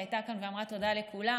שהייתה כאן ואמרה תודה לכולם,